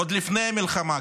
עוד לפני המלחמה,